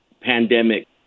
pandemic